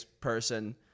person